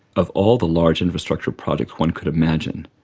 of all the large infrastructure projects one could imagine,